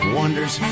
wonders